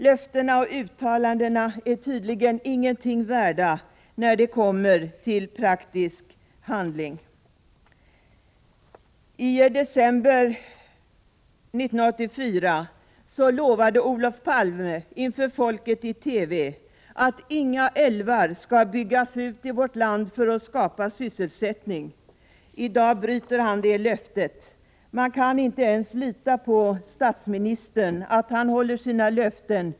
Löftena och uttalandena är tydligen ingenting värda när det kommer till praktisk handling. I december 1984 lovade Olof Palme inför folket i TV att inga älvar skall byggas ut i vårt land för att skapa sysselsättning. I dag bryter han detta löfte. Man kan inte ens lita på att statsministern håller sina löften.